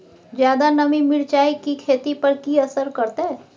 ज्यादा नमी मिर्चाय की खेती पर की असर करते?